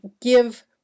give